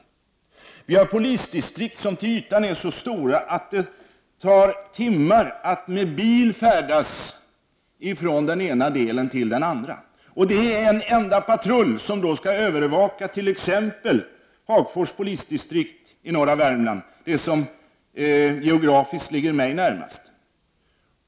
Det finns polisdistrikt i Sverige som till ytan är så stora att det tar timmar att med bil färdas från den ena delen till den andra. En enda patrull skall övervaka t.ex. Hagfors polisdistrikt i norra Värmland, vilket är det distrikt som geografiskt ligger mig närmast.